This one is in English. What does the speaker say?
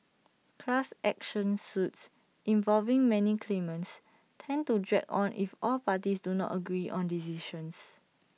class action suits involving many claimants tend to drag on if all parties do not agree on decisions